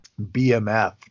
BMF